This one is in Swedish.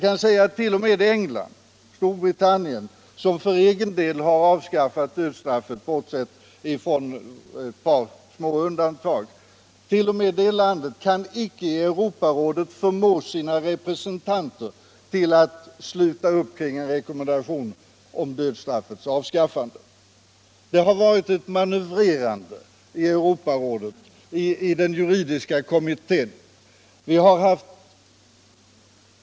Inte ens Storbritannien, som för egen del med ett par små undantag har avskaffat dödsstraffet, kan förmå sina "representanter i Europarådet att sluta upp kring en rekommendation om dödsstraffets avskaffande. Det har varit ett manövrerande i den juridiska kommittén i Europarådet.